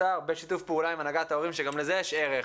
בשיתוף פעולה עם הנהגת ההורים שגם לזה יש ערך,